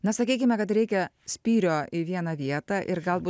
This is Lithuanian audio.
na sakykime kad reikia spyrio į vieną vietą ir galbūt